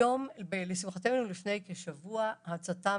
לשמחתנו, לפני כשבוע הצט"מ